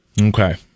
Okay